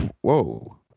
whoa